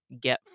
get